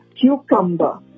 cucumber